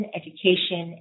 education